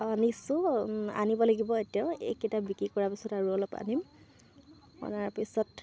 আনিছোঁ আনিব লাগিব এতিয়াও এইকেইটা বিক্ৰী কৰা পিছত আৰু অলপ আনিম অনাৰ পিছত